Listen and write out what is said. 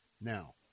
now